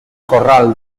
corral